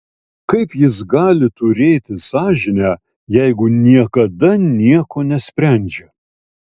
kaip jis gali turėti sąžinę jeigu niekada nieko nesprendžia